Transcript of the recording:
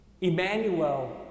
Emmanuel